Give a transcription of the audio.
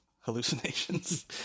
hallucinations